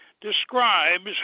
describes